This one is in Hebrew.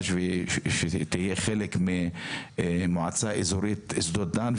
שהיא תהיה חלק ממועצה אזורית שדות דן,